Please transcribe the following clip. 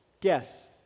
Guess